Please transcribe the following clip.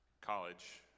college